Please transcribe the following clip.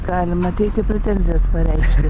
galima ateiti ir pretenzijas pareikšti